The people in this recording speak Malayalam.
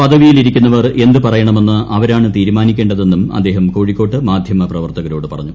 പദവിയിലിരിക്കുന്നവർ എന്ത് പറയണമെന്ന് അവരാണ് തീരുമാനിക്കേ തെന്നും അദ്ദേഹം കോഴിക്കോട്ട് മാധ്യമപ്രവർത്തകരോട് പറഞ്ഞു